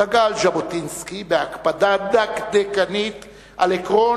דגל ז'בוטינסקי בהקפדה דקדקנית על עקרון